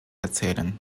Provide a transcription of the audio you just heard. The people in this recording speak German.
erzählen